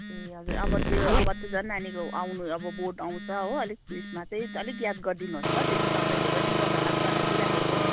ए हजुर अब त्यो अब त झन् नानीको आउनु अब बोर्ड आउँछ हो अलिक उ यसमा चाहिँ अलिक याद गरिदिनु होस् ल त्यो चाहिँ तपाईँहरूले पनि तपाईँहरूलाई पनि जनाइदिई राखेको